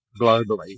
globally